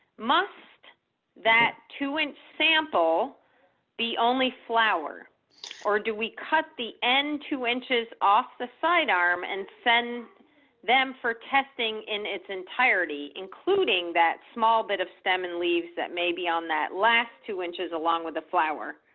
must that two-inch sample be only flower or do we cut the end two inches off the side arm and send them for testing in its entirety including that small bit of stem and leaves that may be on that last two inches along with the flower?